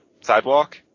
sidewalk